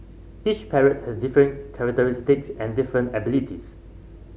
each parrots has different characteristics and different abilities